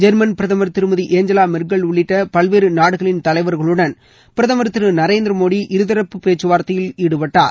German பிரதமர் Thirumathi Angela Merkel உள்ளிட்ட பல்வேறு நாடுகளின் தலைவர்களுடன் பிரதமர் திரு நரேந்திரமோடி இருதரப்பு பேச்சுவார்த்தையில் ஈடுபட்டார்